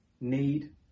need